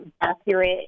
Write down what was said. accurate